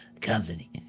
Company